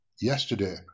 yesterday